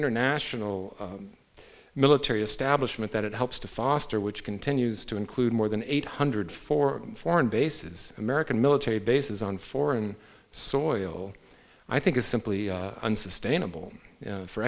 international military establishment that it helps to foster which continues to include more than eight hundred for foreign bases american military bases on foreign soil i think is simply unsustainable for